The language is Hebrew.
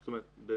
זאת אומרת,